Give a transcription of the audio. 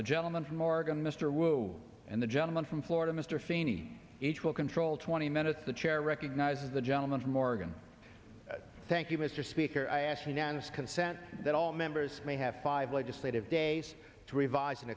the gentleman from oregon mr wu and the gentleman from florida mr feeney each will control twenty minutes the chair recognizes the gentleman from oregon thank you mr speaker i ask unanimous consent that all members may have five legislative days to revise and